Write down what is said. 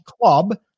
club